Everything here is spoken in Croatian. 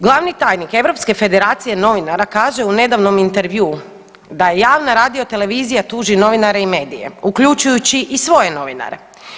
Glavni tajnik Europske federacije novinara kaže u nedavnom intervjuu da javna radiotelevizija tuži novinare i medije, uključujući i svoje novinare.